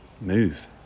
move